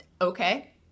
okay